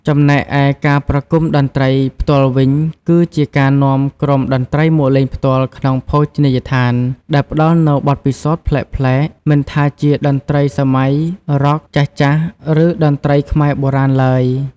ចំណែកឯការប្រគុំតន្ត្រីផ្ទាល់វិញ គឺជាការនាំក្រុមតន្ត្រីមកលេងផ្ទាល់ក្នុងភោជនីយដ្ឋាន ដែលផ្ដល់នូវបទពិសោធន៍ប្លែកៗ មិនថាជាតន្ត្រីសម័យ រ៉ក់ ចាស់ៗ ឬតន្ត្រីខ្មែរបុរាណឡើយ ។